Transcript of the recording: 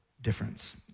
difference